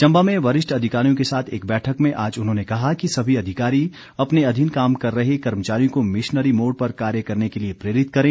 चंबा में वरिष्ठ अधिकारियों के साथ एक बैठक में आज उन्होंने कहा कि सभी अधिकारी अपने अधीन काम कर रहे कर्मचारियों को मिशनरी मोड पर कार्य करने के लिए प्रेरित करें